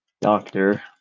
doctor